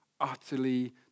utterly